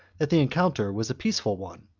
that the encounter was a peaceful one.